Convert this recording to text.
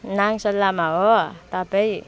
नाङ्सा लामा हो तपाईँ